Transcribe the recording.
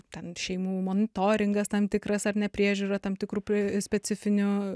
ten šeimų monitoringas tam tikras ar ne priežiūra tam tikrų pri specifinių